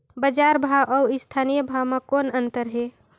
बजार भाव अउ स्थानीय भाव म कौन अन्तर हे?